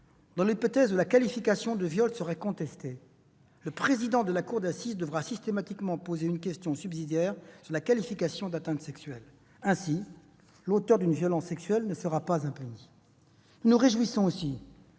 dans l'hypothèse où la qualification de viol serait contestée, le président de la cour d'assises devra systématiquement poser une question subsidiaire sur la qualification d'atteinte sexuelle. Ainsi, l'auteur d'une infraction sexuelle ne restera pas impuni. Nous nous réjouissons aussi